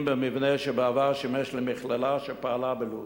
במבנה שבעבר שימש למכללה שפעלה בלוד.